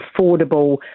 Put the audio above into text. affordable